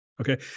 Okay